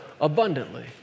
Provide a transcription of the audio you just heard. abundantly